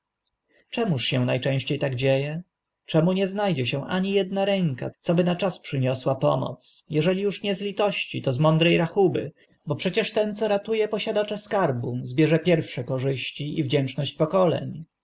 czemu się na częście tak dzie e czemu nie zna dzie się ani edna ręka co by na czas przyniosła pomoc uż eżeli nie z litości to z mądre rachuby bo przecież ten co ratu e posiadacza skarbu zbierze pierwsze korzyści i wdzięczność pokoleń